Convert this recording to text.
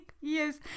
yes